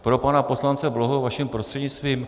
Pro pana poslance Bláhu vaším prostřednictvím.